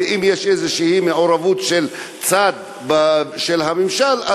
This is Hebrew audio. אם יש איזו מעורבות של צד של הממשל,